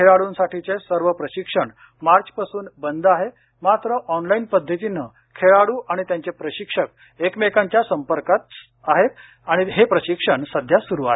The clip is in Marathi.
खेळाडूंसाठीचे सर्व प्रशिक्षण मार्चपासून बंद आहेत मात्र ऑनलाईन पद्धतीनं खेळाडू आणि त्यांचे प्रशिक्षण एकमेकांच्या संपर्कात सध्या सुरू आहेत